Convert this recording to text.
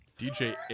DJ